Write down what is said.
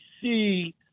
see